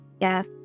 yes